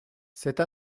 cette